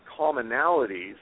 commonalities